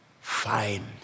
fine